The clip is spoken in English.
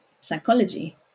psychology